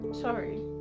sorry